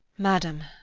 madam,